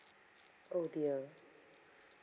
oh dear